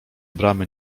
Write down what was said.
bramy